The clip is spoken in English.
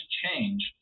change